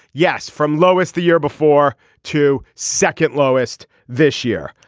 yes from lowest the year before to second lowest this year.